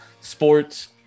sports